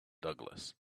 douglas